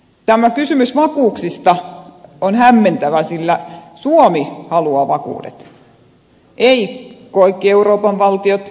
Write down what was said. tämä kysymys vakuuksista on hämmentävä sillä suomi haluaa vakuudet eivät kaikki euroopan valtiot